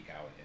out